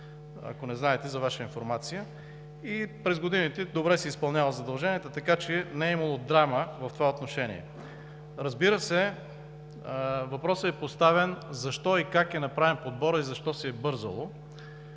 Ако не знаете – това е за Ваша информация. През годините добре си е изпълнявал задълженията, така че не е имало драма в това отношение. Разбира се, въпросът е поставен защо и как е направен подборът и защо се е бързало.